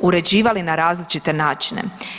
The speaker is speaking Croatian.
uređivali na različite načine.